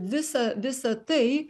visa visa tai